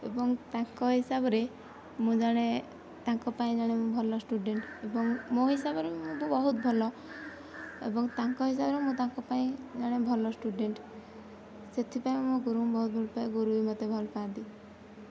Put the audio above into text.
ଏବଂ ତାଙ୍କ ହିସାବ ରେ ମୁଁ ଜଣେ ତାଙ୍କ ପାଇଁ ଜଣେ ଭଲ ସ୍ଟୁଡେଣ୍ଟ ଏବଂ ମୋ ହିସାବରେ ମୁଁ ବହୁତ ଭଲ ଏବଂ ତାଙ୍କ ହିସାବରେ ମୁଁ ତାଙ୍କ ପାଇଁ ଜଣେ ଭଲ ସ୍ଟୁଡେଣ୍ଟ ସେଥିପାଇଁ ମୁଁ ଗୁରୁଙ୍କୁ ବହୁତ ଭଲପାଏ ଗୁରୁ ବି ମୋତେ ଭଲ ପାଆନ୍ତି